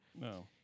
No